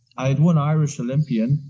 i had one irish olympian,